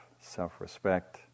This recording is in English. self-respect